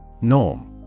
Norm